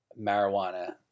marijuana